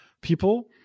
people